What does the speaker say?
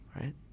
right